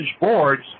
boards